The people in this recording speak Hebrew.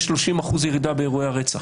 יש 30 אחוזים ירידה באירועי הרצח,